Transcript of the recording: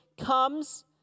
comes